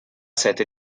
sete